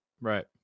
right